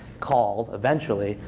called, eventually,